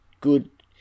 good